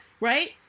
Right